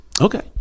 Okay